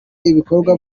ibikorwa